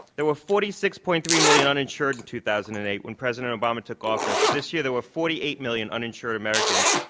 there were forty six. three million uninsured in two thousand and eight, when presidentobama took office. this year, there were forty eight million uninsured americans.